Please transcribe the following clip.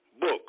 book